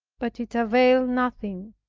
but it availed nothing.